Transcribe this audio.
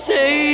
Say